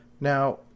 Now